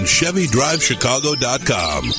ChevyDriveChicago.com